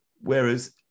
Whereas